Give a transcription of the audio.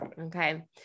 Okay